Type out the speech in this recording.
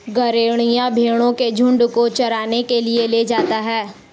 गरेड़िया भेंड़ों के झुण्ड को चराने के लिए ले जाता है